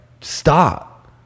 stop